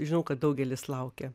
žinau kad daugelis laukia